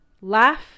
laugh